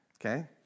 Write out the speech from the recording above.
Okay